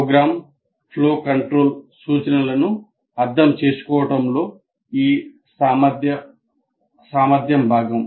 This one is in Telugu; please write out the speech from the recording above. ప్రోగ్రామ్ ఫ్లో కంట్రోల్ సూచనలను అర్థం చేసుకోవడంలో ఈ సామర్థ్యం భాగం